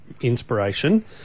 inspiration